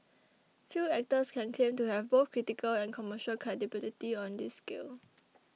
few actors can claim to have both critical and commercial credibility on this scale